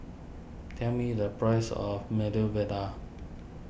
tell me the price of Medu Vada